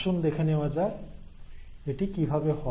আসুন দেখে নেওয়া যাক এটি কিভাবে হয়